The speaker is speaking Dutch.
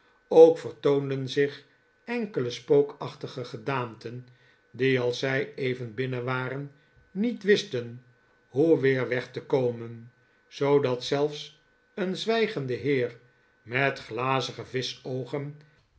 ook vertoonden zich enkele spookachtige gedaanten die als zij even binnen waren niet wisten hoe weer weg te komen zoodat zelfs een zwijgende heer met glazige